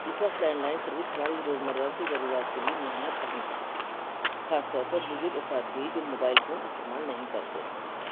اس وقت landline service ہماری روز مرہ کی ضرورت کے لیے نہایت اہم ہیں خاص طور پر بزرگ افراد کے لیے جو موبائل فون استعمال نہیں کرتے